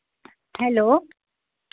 hello